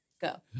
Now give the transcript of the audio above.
Go